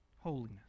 Holiness